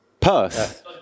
perth